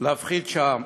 להפחית שם.